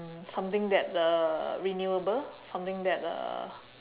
mm something that uh renewable something that uh